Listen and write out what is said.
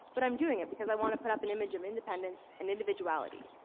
but i'm doing it because i want to put up an image of independence and individuality.